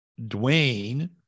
Dwayne